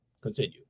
continue